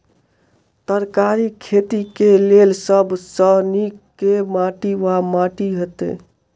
तरकारीक खेती केँ लेल सब सऽ नीक केँ माटि वा माटि हेतै?